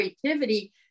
creativity